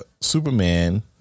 Superman